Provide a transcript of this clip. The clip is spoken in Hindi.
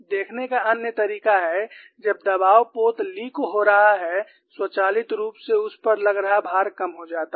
देखने का अन्य तरीका है जब दबाव पोत लीक हो रहा है स्वचालित रूप से उस पर लग रहा भार कम हो जाता है